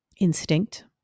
Instinct